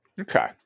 Okay